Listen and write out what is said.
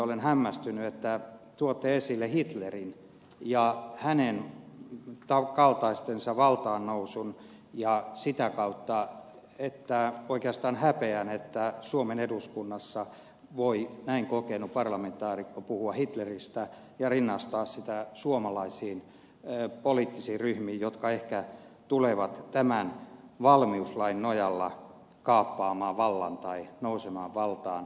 olen hämmästynyt että tuotte esille hitlerin ja hänen kaltaistensa valtaannousun ja oikeastaan häpeän että suomen eduskunnassa voi näin kokenut parlamentaarikko puhua hitleristä ja rinnastaa häntä suomalaisiin poliittisiin ryhmiin jotka ehkä tulevat tämän valmiuslain nojalla kaappaamaan vallan tai nousemaan valtaan